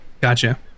Gotcha